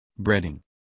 Breading